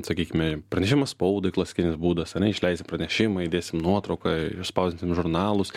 sakykime pranešimą spaudai klasikinis būdas ane išleisim pranešimą įdėsim nuotrauką išspausdinsim žurnalus